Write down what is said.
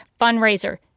fundraiser